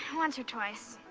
and once or twice,